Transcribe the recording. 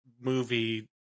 movie